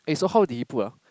eh so how did he put ah